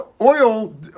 oil